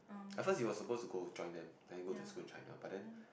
at first he was supposed to go join them then go to school in China but then